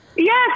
Yes